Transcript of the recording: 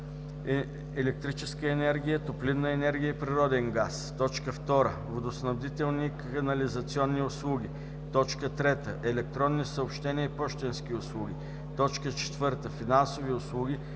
електрическа енергия, топлинна енергия и природен газ; 2. водоснабдителни и канализационни услуги; 3. електронни съобщения и пощенски услуги; 4. финансови услуги,